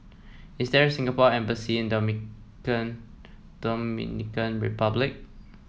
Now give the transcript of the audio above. is there a Singapore Embassy in Dominican Republic